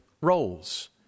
roles